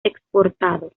exportado